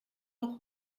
noch